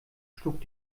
schlug